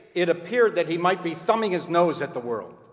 it appeared that he might be thumbing his nose at the world.